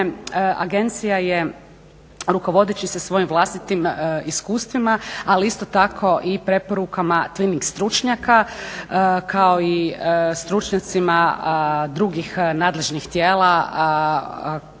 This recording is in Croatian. agencija je rukovodeći se svojim vlastitim iskustvima, ali isto tako i preporukama twinning stručnjaka kao i stručnjacima drugih nadležnih tijela koje